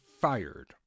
fired